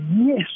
yes